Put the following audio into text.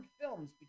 films